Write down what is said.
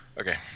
Okay